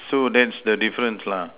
so that's the difference lah